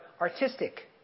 artistic